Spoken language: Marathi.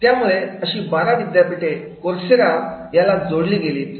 त्यामुळेच अशी बारा विद्यापीठे कोर्सेरा याला जोडली गेलीत